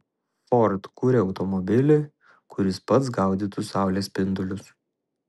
ford kuria automobilį kuris pats gaudytų saulės spindulius